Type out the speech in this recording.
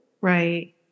right